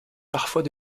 parfois